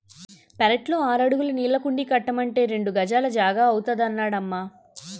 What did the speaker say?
పెరట్లో ఆరడుగుల నీళ్ళకుండీ కట్టమంటే రెండు గజాల జాగా అవుతాదన్నడమ్మా